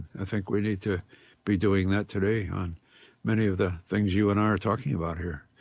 i think we need to be doing that today on many of the things you and i are talking about here